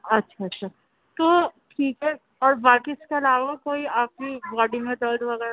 اچھا اچھا تو ٹھیک ہے اور باقی اس کے علاوہ کوئی آپ کی باڈی میں درد وغیرہ